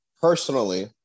Personally